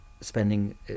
spending